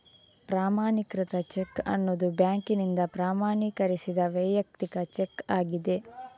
ಪ್ರಮಾಣೀಕೃತ ಚೆಕ್ ಅನ್ನುದು ಬ್ಯಾಂಕಿನಿಂದ ಪ್ರಮಾಣೀಕರಿಸಿದ ವೈಯಕ್ತಿಕ ಚೆಕ್ ಆಗಿದೆ